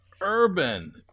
Urban